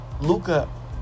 Luca